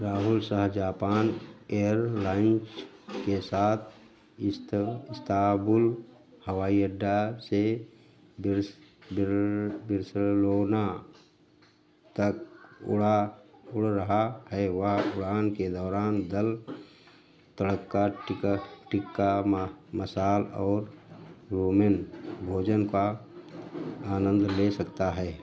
Rahul Shah Japan airlines के साथ इस्त इस्ताबुल हवाई अड्डा से बिर्स बिर्सलोना तक उड़ा उड़ रहा है वह उड़ान के दौरान दाल तड़का टिका टिक्का मसाला और रोमेन भोजन का आनंद ले सकता है